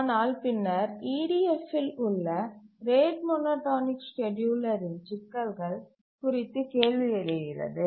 ஆனால் பின்னர் E T எஃப்இல் உள்ள ரேட் மோனோடோனிக் ஸ்கேட்யூலரின் சிக்கல்கள் குறித்து கேள்வி எழுகிறது